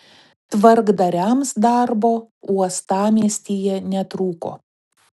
tvarkdariams darbo uostamiestyje netrūko